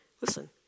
Listen